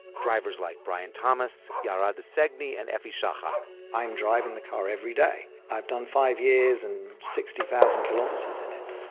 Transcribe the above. drivers like brian thomas, ya'ara di segni and efi shahak i'm driving the car every day. i've done five years and sixty thousand kilometers in it,